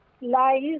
lies